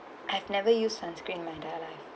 I've never use sunscreen my day like